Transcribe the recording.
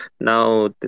now